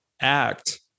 act